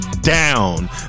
down